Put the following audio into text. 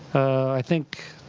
i think,